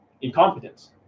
incompetence